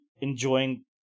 enjoying